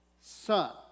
son